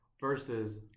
versus